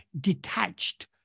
detached